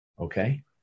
okay